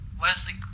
Wesley